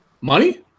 money